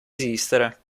esistere